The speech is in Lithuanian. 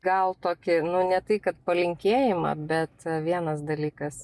gal tokį nu ne tai kad palinkėjimą bet vienas dalykas